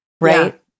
right